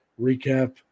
recap